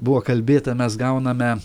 buvo kalbėta mes gauname